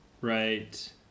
right